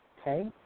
Okay